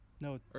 No